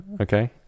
Okay